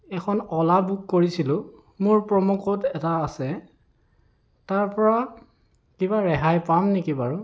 এখন অ'লা বুক কৰিছিলোঁ মোৰ প্ৰম' ক'ড এটা আছে তাৰপৰা কিবা ৰেহাই পাম নেকি বাৰু